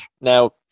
now